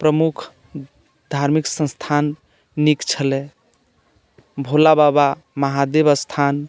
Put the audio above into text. प्रमुख धार्मिक संस्थान नीक छलै भोला बाबा महादेव स्थान